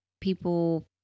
people